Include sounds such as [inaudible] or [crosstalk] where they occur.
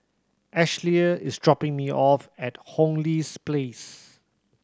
Ashlea is dropping me off at Hong Lee [unintelligible] Place